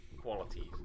qualities